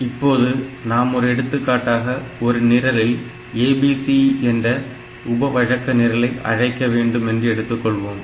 இப்போது நாம் ஒரு எடுத்துக்காட்டாக ஒரு நிரலில் ABC என்ற உப வழக்க நிரலை அழைக்க வேண்டும் என்று எடுத்துக் கொள்வோம்